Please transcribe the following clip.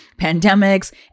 pandemics